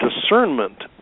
discernment